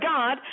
God